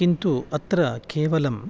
किन्तु अत्र केवलम्